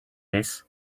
this